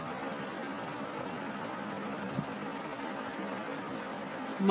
అందువల్లళంగా 8 bit ని ఎన్నుకోండి మరియు మీరు ఇతర అప్లికేషన్లను చూస్తున్నట్లయితే 32 బిట్ ఎన్నుకోండి